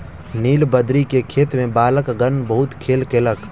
नीलबदरी के खेत में बालकगण बहुत खेल केलक